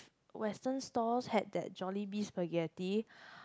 western stalls had that Jolibee spaghetti